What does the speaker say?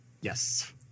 Yes